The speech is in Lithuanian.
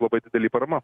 labai didelė parama